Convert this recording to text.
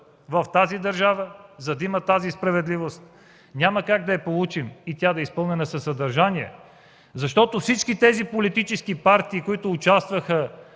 в държавата, за да има тази справедливост, няма как да я получим и тя да е изпълнена със съдържание, защото всички политически партии, които участваха